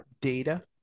data